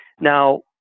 Now